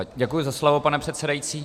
Děkuji za slovo, pane předsedající.